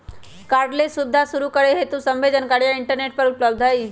cardless सुबीधा शुरू करे हेतु सभ्भे जानकारीया इंटरनेट पर उपलब्ध हई